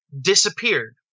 disappeared